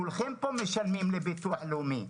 כולכם כאן משלמים לביטוח לאומי,